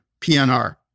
PNR